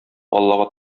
аллага